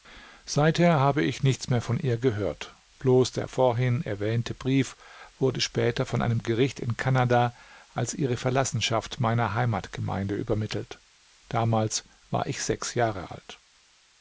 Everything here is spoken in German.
seither habe ich nichts mehr von ihr gehört bloß der vorhin erwähnte brief wurde später von einem gericht in kanada als ihre verlassenschaft meiner heimatgemeinde übermittelt damals war ich sechs jahre alt